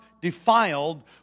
defiled